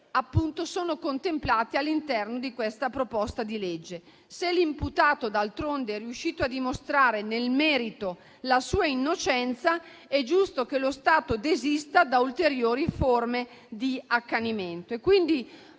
che sono contemplati all'interno del disegno di legge in esame. Se l'imputato, d'altronde, è riuscito a dimostrare nel merito la sua innocenza, è giusto che lo Stato desista da ulteriori forme di accanimento.